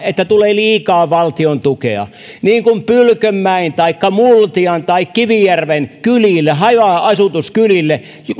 että tulee liikaa valtion tukea niin kuin pylkönmäen taikka multian tai kivijärven kylille haja asutuskylille